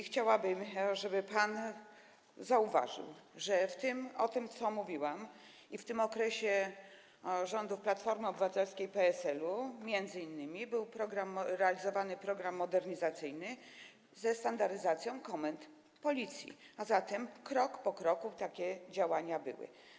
Chciałabym, żeby pan zauważył, jeżeli chodzi o to, co mówiłam, że w tym okresie rządów Platformy Obywatelskiej i PSL-u m.in. był realizowany program modernizacyjny ze standaryzacją komend Policji, a zatem krok po kroku takie działania były.